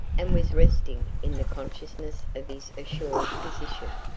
and was resting in the consciousness of his assured position.